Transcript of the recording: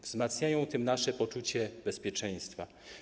Wzmacniają tym nasze poczucie bezpieczeństwa.